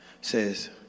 says